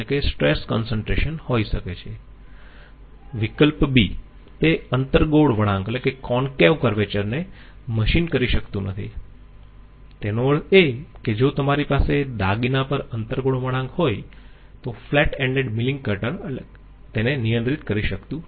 વિકલ્પ b તે અંતર્ગોળ વળાંક ને મશીન કરી શકતું નથી તેનો અર્થ એ કે જો તમારી પાસે દાગીના પર અંતર્ગોળ વળાંક હોય તો ફ્લેટ એન્ડેડ મીલિંગ કટર તેને નિયંત્રિત કરી શકતું નથી